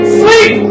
sleep